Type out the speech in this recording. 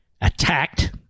attacked